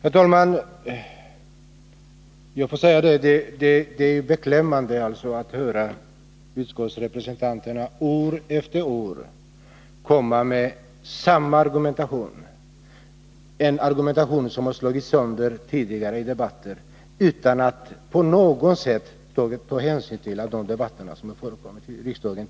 Herr talman! Det är beklämmande att höra utskottsrepresentanterna år efter år komma med samma argumentation — en argumentation som har slagits sönder i tidigare debatter — utan att på något sätt ta hänsyn till vad som sagts i de debatter som tidigare förekommit i riksdagen.